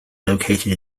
located